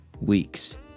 weeks